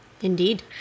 Indeed